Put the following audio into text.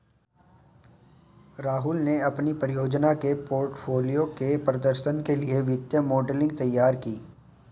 राहुल ने अपनी परियोजना के पोर्टफोलियो के प्रदर्शन के लिए वित्तीय मॉडलिंग तैयार की